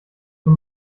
zum